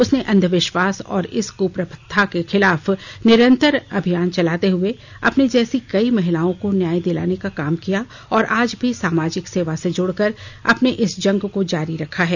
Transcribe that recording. उसने अंधविश्वास और इस कृप्रथा के खिलाफ निरंतर अभियान चलाते हुए अपने जैसी कई महिलाओं को न्याय दिलाने का काम किया और आज भी सामाजिक सेवा से जुड़कर अपने इस जंग को जारी रखा है